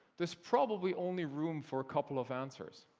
there's probably only room for a couple of answers.